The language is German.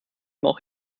nach